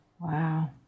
Wow